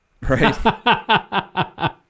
Right